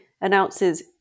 announces